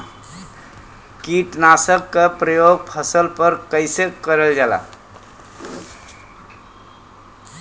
कीटनाशक क प्रयोग फसल पर कइसे करल जाला?